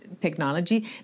technology